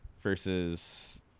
versus